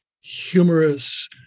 humorous